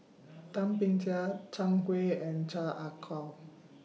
Thum Ping Tjin Zhang Hui and Chan Ah Kow